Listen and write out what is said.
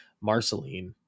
Marceline